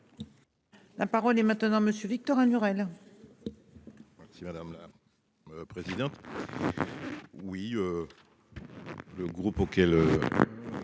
La parole est maintenant Monsieur Victorin Lurel. Merci madame la. Présidente. Oui. Le groupe auquel.